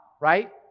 right